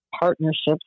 partnerships